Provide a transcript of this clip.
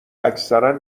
اکثرا